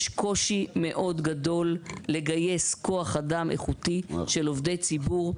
יש קושי מאוד גדול לגייס כוח אדם איכותי של עובדי ציבור.